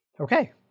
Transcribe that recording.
Okay